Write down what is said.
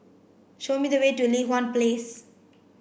show me the way to Li Hwan Place